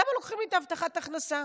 למה לוקחים לי את הבטחת ההכנסה?